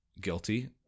guilty